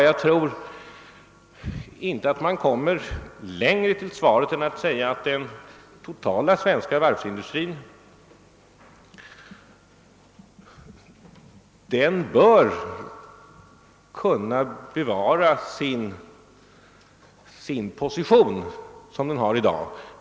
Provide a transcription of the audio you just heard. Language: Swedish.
Jag tror inte att jag kan komma längre än att säga, att den totala svenska varvsindustrin bör kunna behålla den position den har i dag.